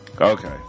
Okay